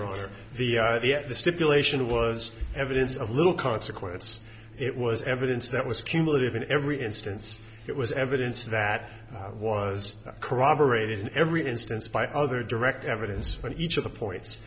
on the yet the stipulation was evidence of little consequence it was evidence that was cumulative in every instance it was evidence that was corroborated in every instance by other direct evidence for each of the points